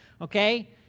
okay